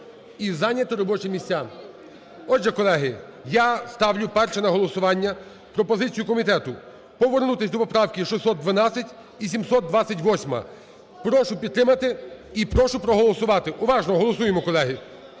і зайняти робочі місця. Отже, колеги, я ставлю, перше, на голосування пропозицію комітету повернутися до поправок 612 і 728. Прошу підтримати і прошу проголосувати. Уважно голосуємо, колеги.